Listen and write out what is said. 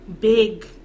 big